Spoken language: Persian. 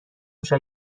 میشه